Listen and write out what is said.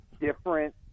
different